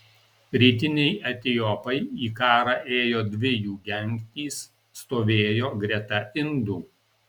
rytiniai etiopai į karą ėjo dvi jų gentys stovėjo greta indų